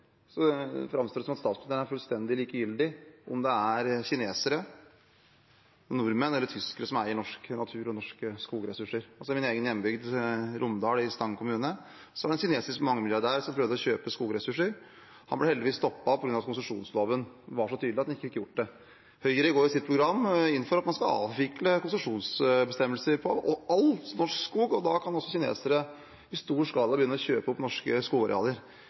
framstår det som om statsministeren er fullstendig likegyldig til om det er kinesere, nordmenn eller tyskere som eier norsk natur og norske skogressurser. I min egen hjembygd, Romedal i Stange kommune, var det en kinesisk mangemilliardær som prøvde å kjøpe skogressurser. Han ble heldigvis stoppet på grunn av konsesjonsloven, som var så tydelig at han ikke fikk gjort det. Høyre går i sitt program inn for at man skal avvikle konsesjonsbestemmelser på all norsk skog, og da kan også kinesere i stor skala begynne å kjøpe opp norske skogarealer.